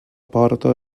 porta